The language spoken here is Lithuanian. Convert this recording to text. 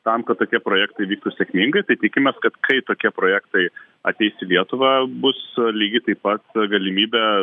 tam kad tokie projektai vyktų sėkmingai tai tikimės kad kai tokie projektai ateis į lietuvą bus lygiai taip pat galimybė